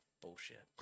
Bullshit